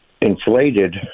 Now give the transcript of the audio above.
inflated